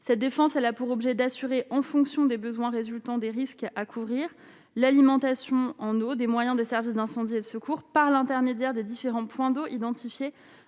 cette défense, elle a pour objet d'assurer en fonction des besoins résultant des risques à courir l'alimentation en eau des moyens des services d'incendie et secours par l'intermédiaire des différents points d'eau identifiés